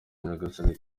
nyagasani